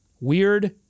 Weird